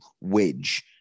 wedge